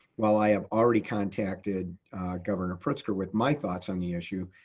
while i have already contacted governor pritzker with my thoughts on the issue,